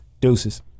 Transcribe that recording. Deuces